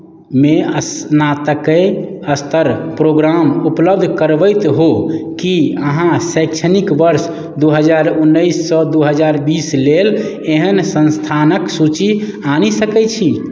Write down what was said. मे स्नातकय स्तर प्रोग्राम उपलब्ध करबैत हो की अहाँ शैक्षणिक वर्ष दू हजार उन्नैससँ दू हजार बीस लेल एहन संस्थानक सूची आनि सकैत छी